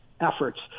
efforts